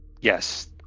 Yes